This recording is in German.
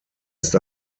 ist